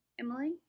Emily